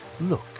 Look